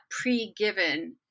pre-given